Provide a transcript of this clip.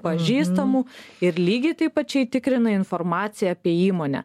pažįstamų ir lygiai taip pačiai tikrina informaciją apie įmonę